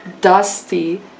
dusty